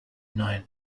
nine